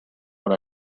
what